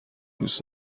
دوس